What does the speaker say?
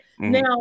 Now